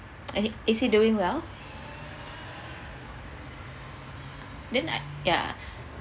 and is he doing well then I yeah